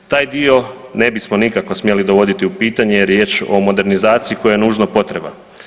Taj dio ne bismo nikako smjeli dovoditi u pitanje jer je riječ o modernizaciji koja je nužno potrebna.